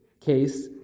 case